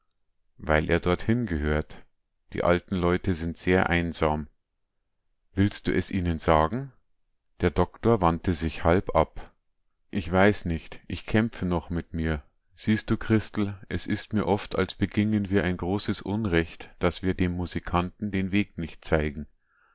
weil er dorthin gehört die alten leute sind sehr einsam willst du es ihnen sagen der doktor wandte sich halb ab ich weiß nicht ich kämpfe noch mit mir siehst du christel es ist mir oft als beginnen wir ein großes unrecht daß wir dem musikanten den weg nicht zeigen